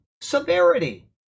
severity